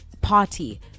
party